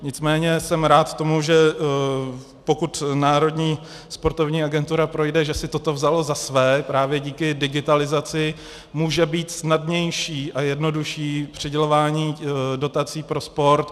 Nicméně jsem rád tomu, že pokud Národní sportovní agentura projde, že si toto vzalo za své, právě díky digitalizaci může být snadnější a jednodušší přidělování dotací pro sport.